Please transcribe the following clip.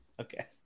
Okay